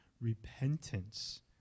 repentance